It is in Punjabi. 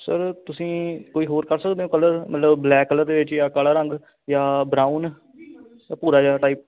ਸਰ ਤੁਸੀਂ ਕੋਈ ਹੋਰ ਕਰ ਸਕਦੇ ਹੋ ਕਲਰ ਮਤਲਬ ਬਲੈਕ ਕਲਰ ਦੇ ਵਿੱਚ ਜਾਂ ਕਾਲਾ ਰੰਗ ਜਾਂ ਬ੍ਰਾਊਨ ਜਾਂ ਭੂਰਾ ਜਿਹਾ ਟਾਈਪ